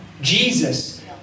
Jesus